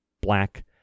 black